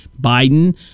Biden